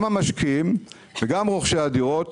גם המשקיעים וגם רוכשי הדירות